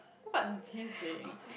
what is he saying